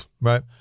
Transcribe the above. right